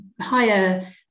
higher